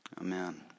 amen